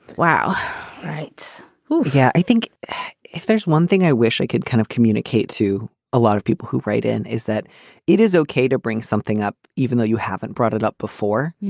wow right. yeah. i think if there's one thing i wish i could kind of communicate to a lot of people who write in. is that it is okay to bring something up even though you haven't brought it up before?